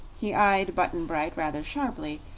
he eyed button-bright rather sharply,